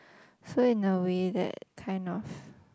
so in a way that kind of